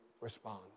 respond